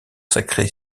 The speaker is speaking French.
sacré